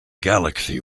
galaxy